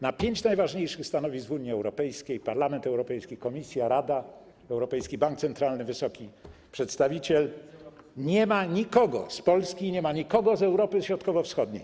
Na 5 najważniejszych stanowisk w Unii Europejskiej - Parlament Europejski, Komisja, Rada, Europejski Bank Centralny, wysoki przedstawiciel - nie ma nikogo z Polski, nie ma nikogo z Europy Środkowo-Wschodniej.